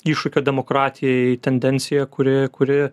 iššūkio demokratijai tendencija kuri kuri